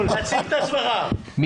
תציג את עצמך לפרוטוקול, משה.